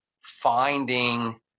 finding